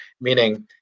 meaning